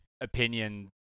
opinion